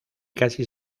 casi